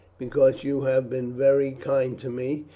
because you have been very kind to me,